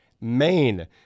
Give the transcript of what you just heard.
Maine